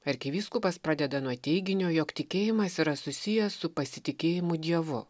arkivyskupas pradeda nuo teiginio jog tikėjimas yra susijęs su pasitikėjimu dievu